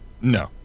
No